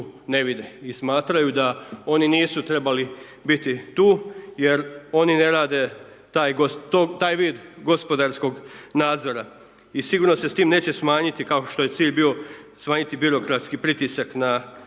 ne vide i smatraju da oni nisu trebali biti tu, jer oni ne rade taj vid gospodarskog nadzora. I sigurno se s tim neće smanjiti kao što je cilj bio smanjiti birokratski pritisak, na